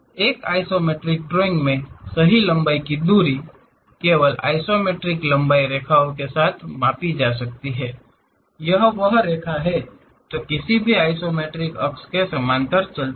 एक isometric drawing में सही लंबाई की दूरी को केवल आइसोमेट्रिक लंबाई रेखाओं के साथ मापी जा सकता है यह वह रेखा है जो किसी भी आइसोमेट्रिक अक्ष के समानांतर चलती है